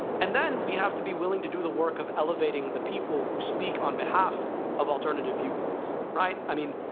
and then, we have to be willing to do the work of elevating the people who speak on behalf of alternative viewpoints, right. i mean,